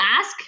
ask